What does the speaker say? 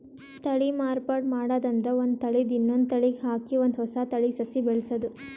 ತಳಿ ಮಾರ್ಪಾಡ್ ಮಾಡದ್ ಅಂದ್ರ ಒಂದ್ ತಳಿದ್ ಇನ್ನೊಂದ್ ತಳಿಗ್ ಹಾಕಿ ಒಂದ್ ಹೊಸ ತಳಿ ಸಸಿ ಬೆಳಸದು